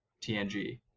tng